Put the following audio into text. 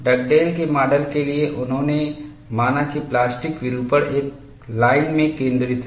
Dugdale के model के लिए उन्होंने माना कि प्लास्टिक विरूपण एक लाइन में केंद्रित है